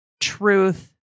truth